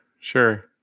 Sure